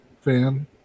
fan